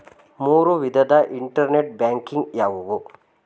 ಮೂರು ವಿಧದ internet banking ಯಾವುವು?